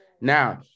Now